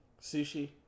Sushi